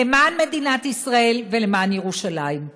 למען מדינת ישראל ולמען ירושלים.